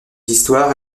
histoires